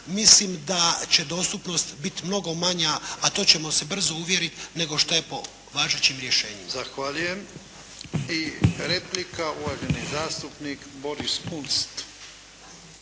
mislim da će dostupnost biti mnogo manja, a to ćemo se brzo uvjeriti nego šta je po važećim rješenjima.